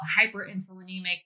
hyperinsulinemic